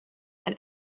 and